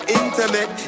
internet